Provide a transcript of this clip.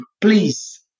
please